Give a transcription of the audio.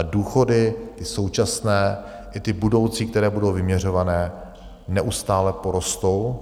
Důchody současné i ty budoucí, které budou vyměřované, neustále porostou.